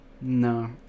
No